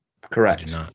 Correct